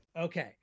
Okay